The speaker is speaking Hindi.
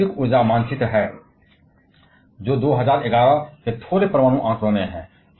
यह वैश्विक ऊर्जा मानचित्र है जो 2011 के थोड़े पुराने आंकड़े हैं